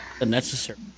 unnecessary